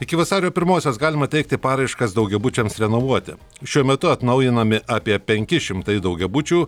iki vasario pirmosios galima teikti paraiškas daugiabučiams renovuoti šiuo metu atnaujinami apie penki šimtai daugiabučių